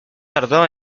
tardó